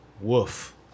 Woof